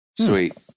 Sweet